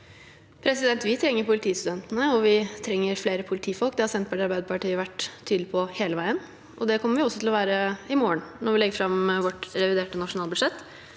Vi trenger politi- studentene, og vi trenger flere politifolk. Det har Senterpartiet og Arbeiderpartiet vært tydelig på hele veien, og det kommer vi også til å være i morgen når vi legger fram vårt reviderte nasjonalbudsjett.